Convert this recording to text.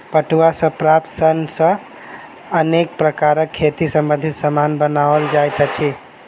पटुआ सॅ प्राप्त सन सॅ अनेक प्रकारक खेती संबंधी सामान बनओल जाइत अछि